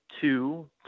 two